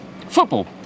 Football